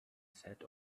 sat